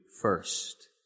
first